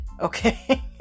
okay